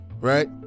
Right